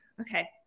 okay